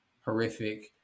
horrific